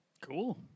Cool